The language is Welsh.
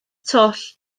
twll